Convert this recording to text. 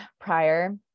prior